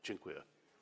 Dziękuję.